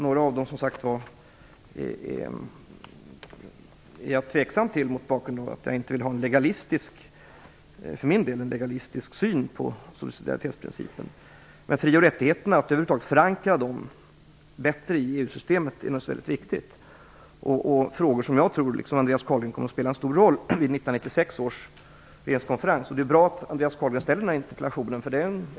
Några av förslagen är jag tveksam till mot bakgrund att jag inte vill ha en legalistisk syn på subsidiaritetsprincipen. Det är naturligtvis viktigt att bättre förankra fri och rättigheterna i EU-systemet. Det är frågor som jag tror kommer att spela en stor roll vid 1996 års regeringskonferens. Det är bra att Andreas Carlgren framställde den här interpellationen.